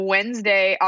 Wednesday